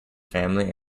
family